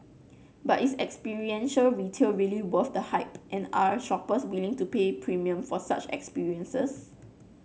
but is experiential retail really worth the hype and are shoppers willing to pay premium for such experiences